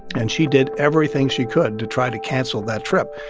and she did everything she could to try to cancel that trip.